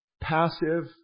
passive